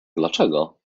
dlaczego